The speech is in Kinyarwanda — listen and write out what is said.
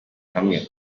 hamwe